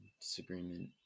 disagreement